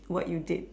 what you did